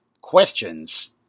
questions